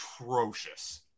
atrocious